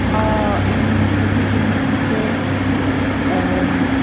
ꯑꯗꯨꯗꯤ ꯍꯧꯖꯤꯛꯁꯦ